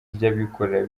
ry’abikorera